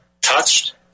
touched